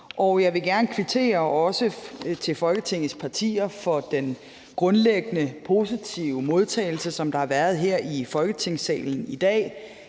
Jeg vil også gerne kvittere over for Folketingets partier for den grundlæggende positive modtagelse, der har været her i Folketingssalen i dag.